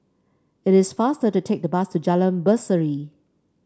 it is faster to take the bus to Jalan Berseri